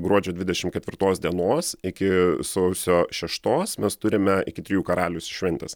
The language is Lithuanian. gruodžio dvidešim ketvirtos dienos iki sausio šeštos mes turime iki trijų karalius šventės